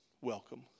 welcome